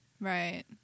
Right